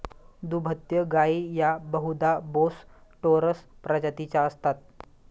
दुभत्या गायी या बहुधा बोस टोरस प्रजातीच्या असतात